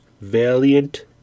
valiant